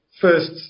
first